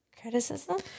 criticism